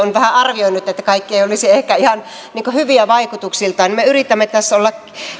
on vähän arvioinut että kaikki eivät olisi ehkä ihan hyviä vaikutuksiltaan niin että me yritämme tässä